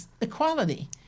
equality